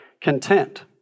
content